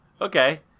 Okay